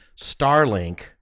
Starlink